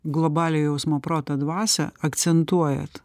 globalią jausmo proto dvasią akcentuojat